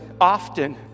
often